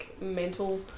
mental